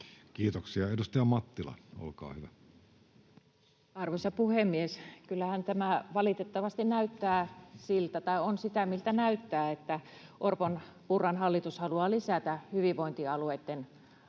Kiitoksia. — Edustaja Mattila, olkaa hyvä. Arvoisa puhemies! Kyllähän tämä valitettavasti on sitä, miltä näyttää: Orpon—Purran hallitus haluaa lisätä hyvinvointialueitten ahdinkoa